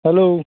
hello